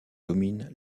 domine